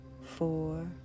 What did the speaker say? four